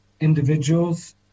individuals